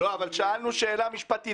שאלנו שאלה משפטית.